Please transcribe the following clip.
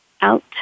out